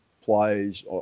plays